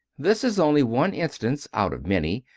this is only one instance out of many,